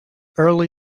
early